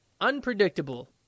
unpredictable